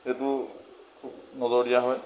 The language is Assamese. সেইটো নজৰ দিয়া হয়